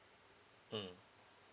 mm